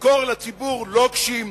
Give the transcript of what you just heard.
למכור לציבור "לוקשים",